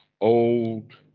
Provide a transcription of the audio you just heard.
old